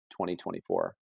2024